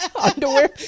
underwear